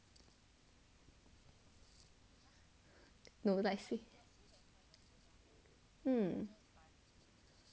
no like see hmm